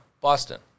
Boston